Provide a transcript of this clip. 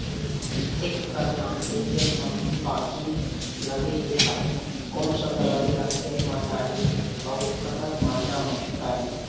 एक एकड़ धान के खेत मा बाकी लगे हे ता कोन सा दवई ला खेत मा डारी अऊ कतक मात्रा मा दारी?